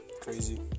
crazy